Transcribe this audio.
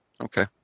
Okay